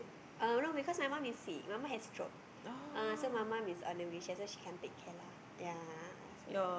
uh no because my mum is sick my mum has stroke ah so my mum is on the wheelchair so she can't take care lah ya I also